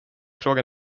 frågar